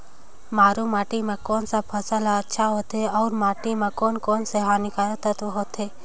मारू माटी मां कोन सा फसल ह अच्छा होथे अउर माटी म कोन कोन स हानिकारक तत्व होथे?